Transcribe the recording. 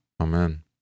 Amen